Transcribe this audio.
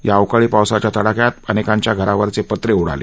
या अवकाळी पावसाच्या तडाख्यात अनेकांच्या घरावरचे पत्रे उडाले